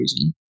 reason